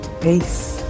Peace